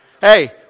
Hey